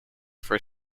for